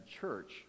church